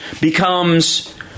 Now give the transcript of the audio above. becomes